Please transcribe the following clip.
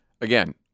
Again